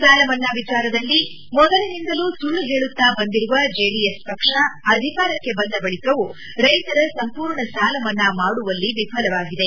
ಸಾಲ ಮನ್ನಾ ವಿಚಾರದಲ್ಲಿ ಮೊದಲಿನಿಂದಲೂ ಸುಳ್ಳು ಹೇಳುತ್ತಾ ಬಂದಿರುವ ಜೆಡಿಎಸ್ ಪಕ್ಷ ಅಧಿಕಾರಕ್ಕೆ ಬಂದ ಬಳಕವೂ ರೈತರ ಸಂಪೂರ್ಣ ಸಾಲ ಮನ್ನಾ ಮಾಡುವಲ್ಲಿ ವಿಫಲವಾಗಿದೆ